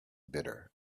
bitter